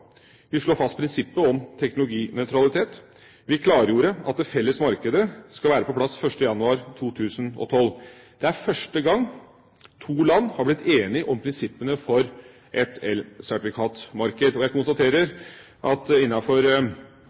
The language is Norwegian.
vi slår fast prinsippet om teknologinøytralitet. Vi har klargjort at det felles markedet skal være på plass 1. januar 2012. Det er første gang to land har blitt enige om prinsippene for et elsertifikatmarked. Jeg konstaterer at